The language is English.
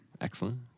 Excellent